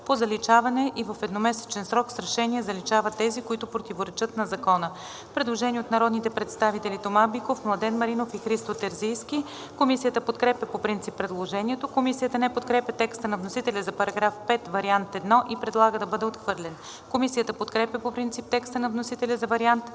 по заличаване и в едномесечен срок с решение заличава тези, които противоречат на закона.“ Предложение от народните представители Тома Биков, Младен Маринов и Христо Терзийски. Комисията подкрепя по принцип предложението. Комисията не подкрепя текста на вносителя за § 5, Вариант 1 и предлага да бъде отхвърлен. Комисията подкрепя по принцип текста на вносителя за Вариант 2